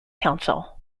council